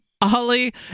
Ollie